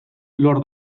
lor